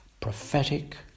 prophetic